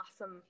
awesome